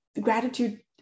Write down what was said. gratitude